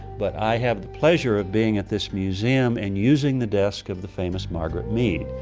but i have the pleasure of being at this museum and using the desk of the famous margaret mead.